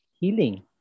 Healing